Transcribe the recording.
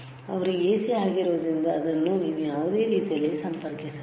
ಅದು AC ಆಗಿರುವುದರಿಂದ ಇದನ್ನು ನೀವು ಯಾವುದೇ ರೀತಿಯಲ್ಲಿ ಸಂಪರ್ಕಿಸಬಹುದು